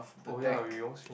oh ya we almost fin~